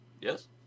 Yes